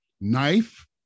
knife